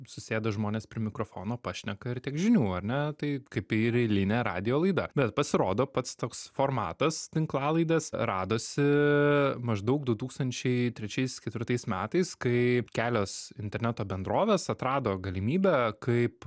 susėdo žmonės prie mikrofono pašneka ir tiek žinių ar ne tai kaip ir eilinė radijo laida bet pasirodo pats toks formatas tinklalaidės radosi maždaug du tūkstančiai trečiais ketvirtais metais kai kelios interneto bendrovės atrado galimybę kaip